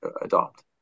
adopt